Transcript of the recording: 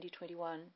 2021